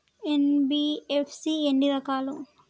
NBFC ఎన్ని రకాలు?